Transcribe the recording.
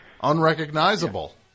unrecognizable